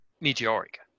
meteoric